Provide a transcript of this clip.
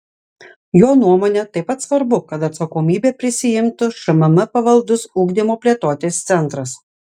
jo nuomone taip pat svarbu kad atsakomybę prisiimtų šmm pavaldus ugdymo plėtotės centras